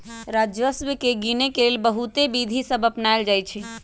राजस्व के गिनेके लेल बहुते विधि सभ अपनाएल जाइ छइ